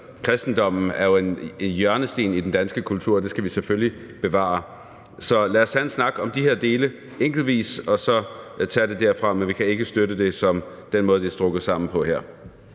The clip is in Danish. Kristendommen er jo en hjørnesten i den danske kultur, og det skal vi selvfølgelig bevare. Så lad os tage en snak om de her dele enkeltvis og så tage det herfra, men vi kan ikke støtte det på grund af den måde, det her er strikket sammen på.